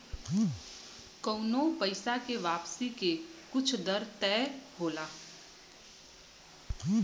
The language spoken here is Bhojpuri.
कउनो पइसा के वापसी के कुछ तय दर होला